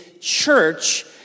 church